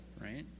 right